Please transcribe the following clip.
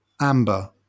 Amber